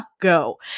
Go